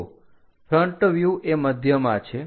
તો ફ્રન્ટ વ્યુહ એ મધ્યમાં છે